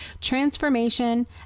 transformation